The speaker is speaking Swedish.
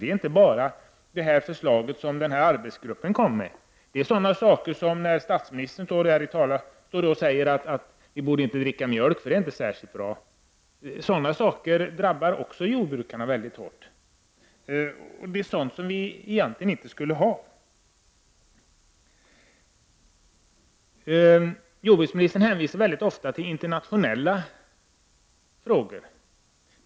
Det handlar inte bara om förslaget från den här arbetsgruppen. Det är också sådana saker som när statsministern står här och säger att vi inte borde dricka mjölk, för det är inte särskilt bra. Sådana uttalanden drabbar jordbrukarna hårt. Det är sådant som vi egentligen inte skulle ha. Jordbruksministern hänvisar ofta till internationella förhållanden.